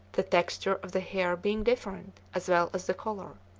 the texture of the hair being different, as well as the color.